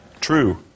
True